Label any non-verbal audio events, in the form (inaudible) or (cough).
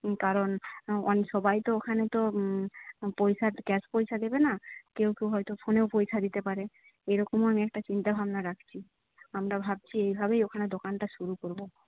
কারণ (unintelligible) সবাই তো ওখানে তো পয়সা ক্যাশ পয়সা দেবে না কেউ কেউ হয়তো ফোনেও পয়সা দিতে পারে এরকম আমি একটা চিন্তাভাবনা রাখছি আমরা ভাবছি এইভাবেই ওখানে দোকানটা শুরু করব